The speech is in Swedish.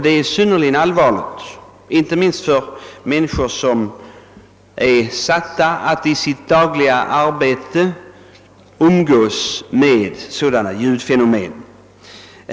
Detta är allvarligt, inte minst för människor som i sitt dagliga arbete är utsatta för sådana ljudfenomen.